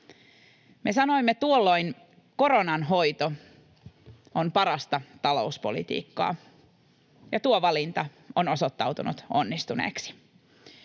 Me sanoimme tuolloin: ”Koronan hoito on parasta talouspolitiikkaa.” Tuo valinta on osoittautunut onnistuneeksi.